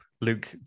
Luke